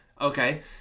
Okay